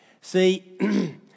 See